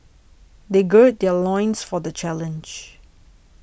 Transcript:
they gird their loins for the challenge